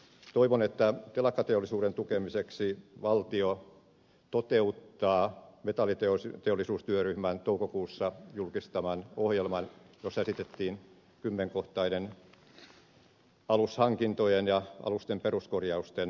toivon että telakkateollisuuden tukemiseksi valtio toteuttaa metalliteollisuustyöryhmän toukokuussa julkistaman ohjelman jossa esitettiin kymmenkohtainen alushankintojen ja alusten peruskorjausten ohjelma